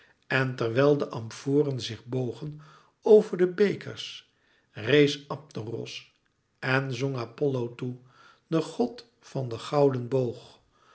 en terwijl de amforen zich bogen over de bekers rees abderos en zong apollo toe den god van den gouden boog